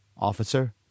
Officer